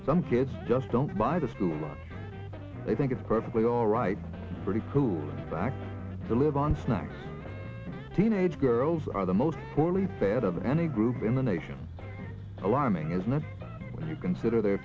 some kids just don't buy the school i think it's perfectly all right pretty cool to live on snow teenage girls are the most holy fad of any group in the nation alarming is not when you consider their